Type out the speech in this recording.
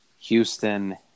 Houston